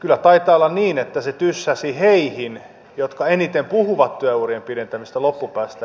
kyllä taitaa olla niin että se tyssäsi heihin jotka eniten puhuvat työurien pidentämisestä loppupäästä